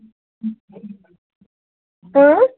اۭں